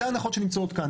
אלה ההנחות שנמצאות כאן.